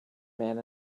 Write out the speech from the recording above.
man